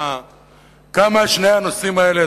וכמה שני הנושאים האלה,